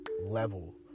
level